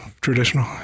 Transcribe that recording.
traditional